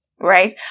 right